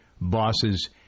bosses